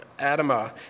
Adama